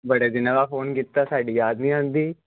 ਬੜੇ ਦਿਨਾਂ ਬਾਅਦ ਫੋਨ ਕੀਤਾ ਸਾਡੀ ਯਾਦ ਨਹੀਂ ਆਉਂਦੀ